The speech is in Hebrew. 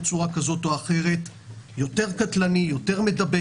יותר קטלני ויותר מדבק.